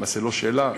למעשה לא שאלה,